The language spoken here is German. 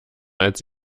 als